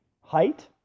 height